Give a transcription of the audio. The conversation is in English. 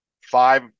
five